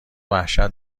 وحشت